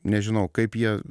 nežinau kaip jie